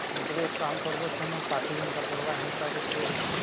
ନେଇକରି କାମ୍ କର୍ବ ସେନୁ ପାଖେ ଯେନ୍ତା ପଡ଼୍ବା ହେ ହିସାବେ ଦେଇ ଦେମୁ